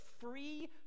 free